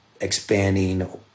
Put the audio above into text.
expanding